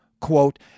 quote